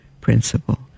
principle